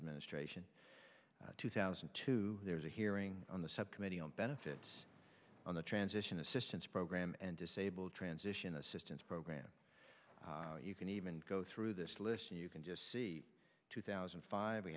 administration two thousand and two there was a hearing on the subcommittee on benefits on the transition assistance program and disabled transition assistance program you can even go through this list and you can just see two thousand and five we